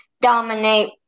dominate